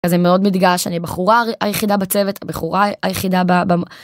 זה מאוד מתגאה שאני הבחורה היחידה בצוות הבחורה היחידה.